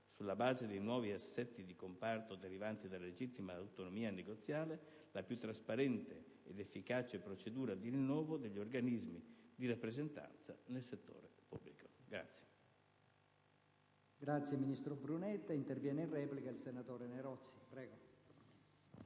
sulla base dei nuovi assetti di comparto derivanti dalla legittima autonomia negoziale, la più trasparente ed efficace procedura di rinnovo degli organismi di rappresentanza nel settore pubblico.